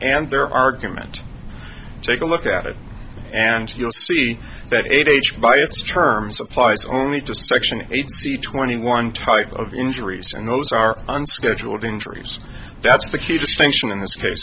and their argument take a look at it and you'll see that age by its terms applies only to section eight c twenty one type of injuries and those are unscheduled injuries that's the key distinction